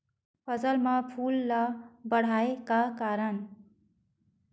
फसल म फूल ल बढ़ाय का करन?